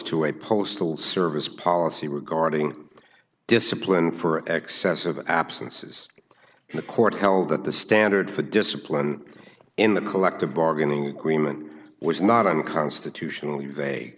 to a postal service policy regarding discipline for excess of absences and the court held that the standard for discipline in the collective bargaining agreement was not unconstitutional